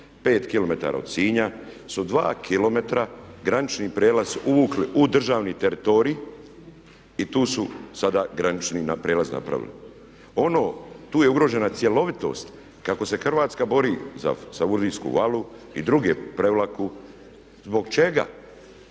5 km od Sinja su 2 km granični prijelaz uvukli u državni teritorij i tu su sada granični prijelaz napravili. Ono, tu je ugrožena cjelovitost kako se Hrvatska bori za Savudrijsku valu i druge Prevlaku, zbog čega